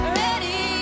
ready